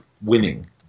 winning